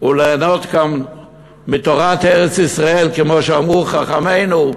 וליהנות כאן מתורת ארץ-ישראל, כמו שאמרו חכמינו: